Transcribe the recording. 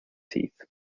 teeth